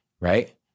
right